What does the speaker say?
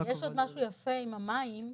יש עוד משהו יפה עם המים,